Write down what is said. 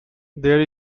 there